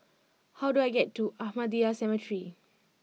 how do I get to Ahmadiyya Cemetery